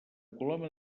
coloma